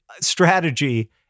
strategy—